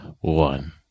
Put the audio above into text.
one